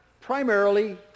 primarily